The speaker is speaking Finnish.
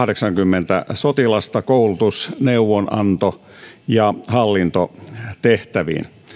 kahdeksankymmentä sotilasta koulutus neuvonanto ja hallintotehtäviin